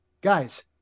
guys